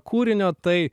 kūrinio tai